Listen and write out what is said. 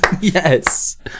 Yes